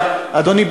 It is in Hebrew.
אדוני,